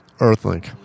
Earthlink